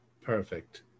Perfect